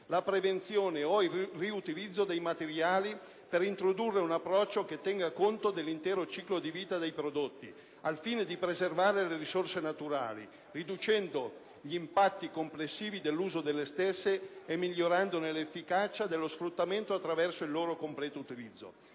la prevenzione ed il riutilizzo dei materiali, per introdurre un approccio che tenga conto dell'intero ciclo di vita dei prodotti, al fine di preservare le risorse naturali, riducendo gli impatti complessivi dell'uso delle stesse e migliorandone l'efficacia dello sfruttamento attraverso il loro completo utilizzo.